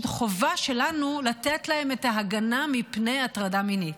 שזאת החובה שלנו לתת להם את ההגנה מפני הטרדה מינית.